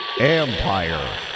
Empire